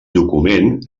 document